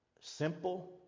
simple